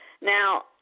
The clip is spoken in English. Now